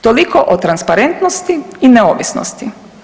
Toliko o transparentnosti i neovisnosti.